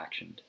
actioned